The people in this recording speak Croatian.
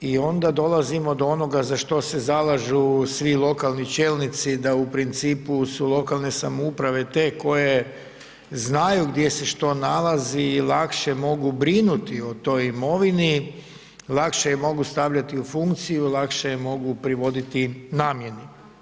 I onda dolazimo do onoga za što se zalažu svi lokalni čelnici da u principu su lokalne samouprave te koje znaju gdje se što nalazi, lakše mogu brinuti o toj imovini, lakše je mogu stavljati u funkciju, lakše je mogu privoditi namjeni.